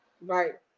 right